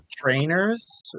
Trainers